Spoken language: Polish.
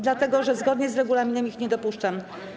Dlatego że zgodnie z regulaminem ich nie dopuszczam.